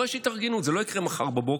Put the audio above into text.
זה דורש התארגנות, זה לא יקרה מחר בבוקר.